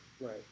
Right